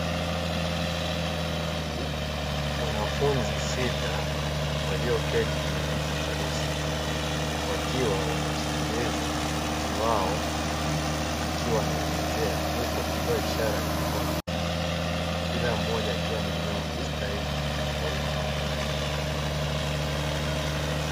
Wanafunzi sita walioketi kwenye viti vyeusi, wakiwa wanamsikiliza mkufunzi wao akiwa anaelezea huku akitoa ishara ya mikono, kila mmoja akiwa amenyoa staili tofauti ya nywele.